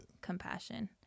compassion